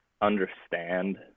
understand